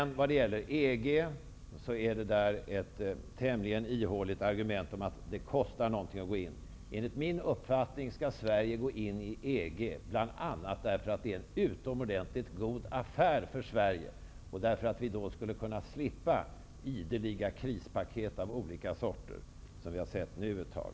När det gäller EG är Johan Lönnroths argument om att det kostar något att gå in där tämligen ihåligt. Enligt min uppfattning skall Sverige gå in i EG bl.a. därför att det är en utomordentligt god affär för Sverige och därför att vi då skulle kunna slippa ideliga krispaket av olika sorter som vi har sett nu ett tag.